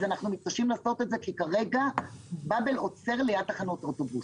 אנחנו מתקשים לעשות את זה כי כרגע באבל עוצר ליד תחנות אוטובוס.